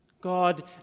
God